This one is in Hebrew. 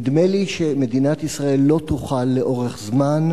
נדמה לי שמדינת ישראל לא תוכל לאורך זמן